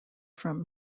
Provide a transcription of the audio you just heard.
from